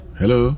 hello